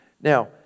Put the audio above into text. Now